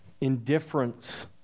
Indifference